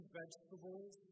vegetables